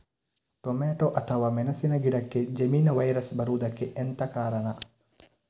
Tomato ಅಥವಾ ಮೆಣಸಿನ ಗಿಡಕ್ಕೆ ಜೆಮಿನಿ ವೈರಸ್ ಬರುವುದಕ್ಕೆ ಎಂತ ಕಾರಣ?